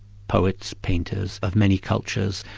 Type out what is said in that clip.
poets, painters, of many cultures.